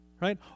right